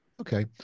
okay